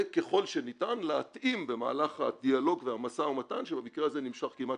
וככל שניתן להתאים במהלך הדיאלוג והמשא ומתן שבמקרה הזה נמשך כמעט